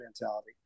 mentality